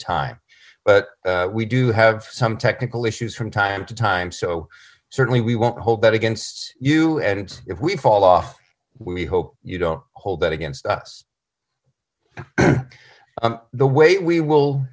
time but we do have some technical issues from time to time so certainly we won't hold that against you and if we fall off we hope you don't hold that against us the way we